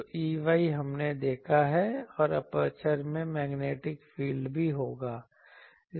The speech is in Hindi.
तो Ey हमने देखा है और एपर्चर में मैग्नेटिक फील्ड भी होगा